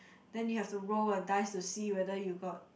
then you have to roll a dice to see whether you got